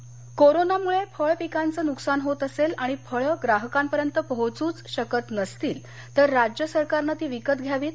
तोमर फळे लातर कोरोनामुळे फळं पिकाचं नुकसान होत असेल आणि फळं ग्राहकांपर्यंत पोहोचू शकत नसतील तर राज्य सरकारनं ती विकत घ्यावीत